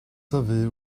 savez